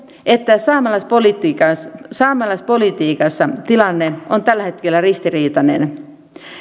että saamelaispolitiikassa saamelaispolitiikassa tilanne on tällä hetkellä ristiriitainen